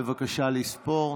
בבקשה, לספור.